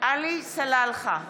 עלי סלאלחה,